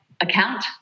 account